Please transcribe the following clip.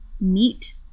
meet